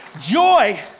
joy